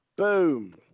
Boom